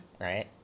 Right